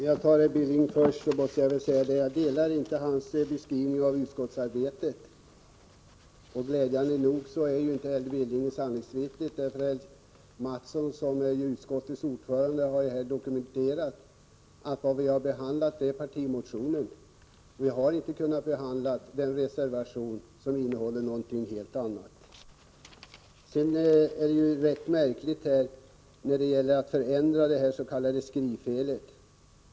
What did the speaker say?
Herr talman! Jag håller inte med om Knut Billings beskrivning av utskottsarbetet. Glädjande nog är inte Billing ett sanningsvittne. Kjell Mattsson, som är utskottets ordförande, har dokumenterat att vi i utskottet har behandlat partimotionen. Vi har inte kunnat behandla den reservation som innehåller någonting helt annat. Det Knut Billing säger om att ändra det s.k. skrivfelet är rätt märkligt.